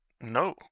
no